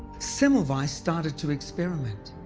semmelweis started to experiment.